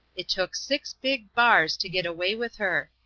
it took six big bars to get away with her.